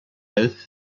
both